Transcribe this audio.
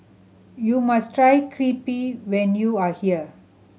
you must try Crepe when you are here